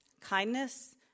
kindness